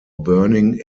burning